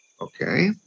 Okay